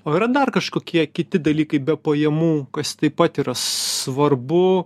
o yra dar kažkokie kiti dalykai be pajamų kas taip pat yra svarbu